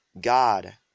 God